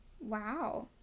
Wow